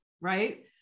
Right